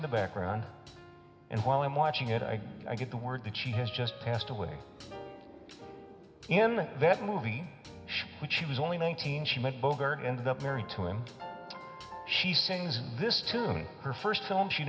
in the background and while i'm watching it i get the word that she has just passed away in that movie which she was only nineteen she ended up married to and she sings this to me her first film she